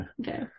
Okay